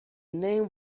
name